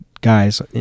guys